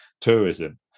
tourism